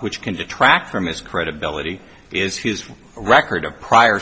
which can detract from his credibility is his record of prior